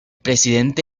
presidente